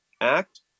Act